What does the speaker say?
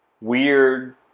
weird